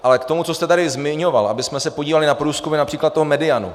Ale k tomu, co jste tady zmiňoval, abychom se podívali na průzkumy například toho Medianu.